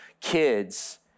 kids